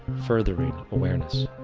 furthering awareness.